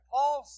Paul